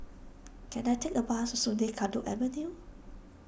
can I take a bus Sungei Kadut Avenue